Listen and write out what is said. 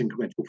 incremental